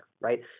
right